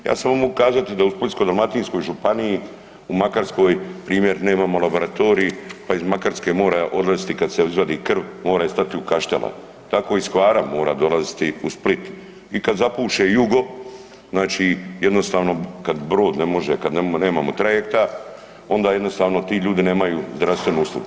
Ja samo mogu kazati da u Splitsko-dalmatinskoj županiji, u Makarskoj, primjer, nemamo laboratorij pa iz Makarske mora odlaziti, kad se izvadi krv, mora i stati u Kaštela, tako i s Hvara mora dolaziti u Split i kad zapuše jugo, znači jednostavno kad brod ne možemo, kad nemamo trajekta, onda jednostavno ti ljudi nemaju zdravstvenu uslugu.